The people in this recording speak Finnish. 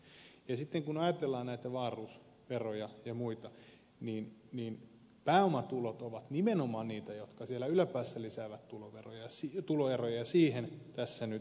ja sitten kun ajatellaan näitä wahlroos veroja ja muita niin pääomatulot ovat nimenomaan niitä jotka siellä yläpäässä lisäävät tuloeroja ja siihen tässä nyt tartutaan